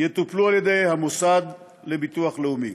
יטופלו על-ידי המוסד לביטוח לאומי.